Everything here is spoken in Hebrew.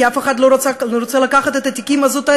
כי אף אחד לא רוצה לקחת את התיקים הזוטרים.